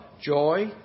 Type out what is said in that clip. joy